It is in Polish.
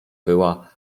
była